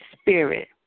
spirit